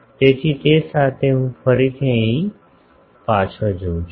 તેથી તે સાથે હું ફરીથી અહીં પાછા જાઉં છું